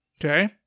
okay